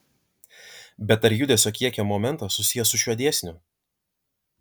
bet ar judesio kiekio momentas susijęs su šiuo dėsniu